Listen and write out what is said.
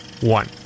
one